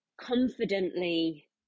confidently